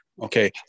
Okay